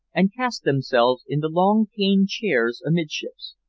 and cast themselves in the long cane chairs amidships.